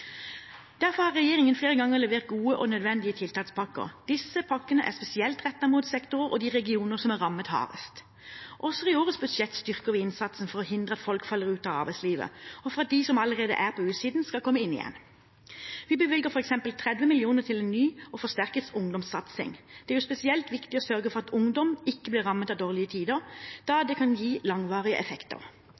Derfor har regjeringen flere ganger levert gode og nødvendige tiltakspakker. Disse pakkene er spesielt rettet mot de sektorer og regioner som er rammet hardest. Også i årets budsjett styrker vi innsatsen for å hindre at folk faller ut av arbeidslivet, og for at de som allerede er på utsiden, skal komme inn igjen. Vi bevilger f.eks. 30 mill. kr til en ny og forsterket ungdomssatsing. Det er spesielt viktig å sørge for at ungdom ikke blir rammet av dårlige tider, da det kan gi langvarige effekter.